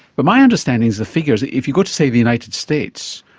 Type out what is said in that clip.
but my understanding is the figures, if you go to, say, the united states,